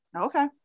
Okay